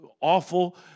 awful